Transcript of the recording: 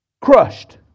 crushed